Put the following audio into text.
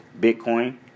Bitcoin